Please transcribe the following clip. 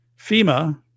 FEMA